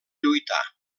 lluitar